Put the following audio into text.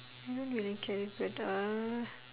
I don't really care but uh